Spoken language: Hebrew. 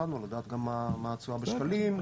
אותנו מה התשואה בשקלים,